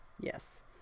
Yes